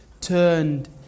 turned